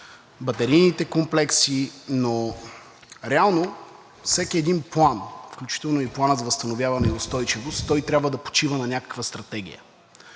батерийните комплекси, но реално всеки един план, включително и Планът за възстановяване и устойчивост, трябва да почива на някаква стратегия.